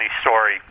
story